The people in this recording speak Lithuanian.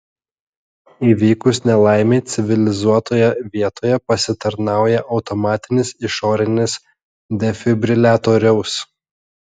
įvykus nelaimei civilizuotoje vietoje pasitarnauja automatinis išorinis defibriliatoriaus